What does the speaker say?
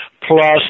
plus